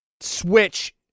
Switch